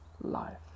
life